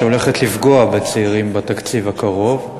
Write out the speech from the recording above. שהולכת לפגוע בצעירים בתקציב הקרוב,